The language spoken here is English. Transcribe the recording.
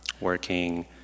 working